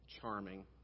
charming